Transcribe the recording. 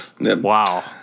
Wow